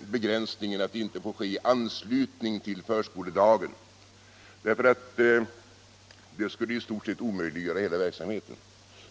begränsningen att det inte får ske i anslutning till förskoledagen. Det skulle i stort sett omöjliggöra hela verksamheten.